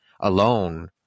alone